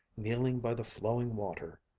kneeling by the flowing water,